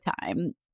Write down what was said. time